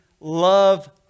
love